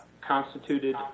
constituted